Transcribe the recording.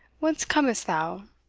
whence comest thou?